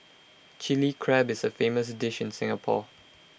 Chilli Crab is A famous dish in Singapore